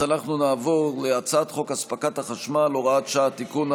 אז אנחנו נעבור להצעת חוק הספקת החשמל (הוראת שעה) (תיקון,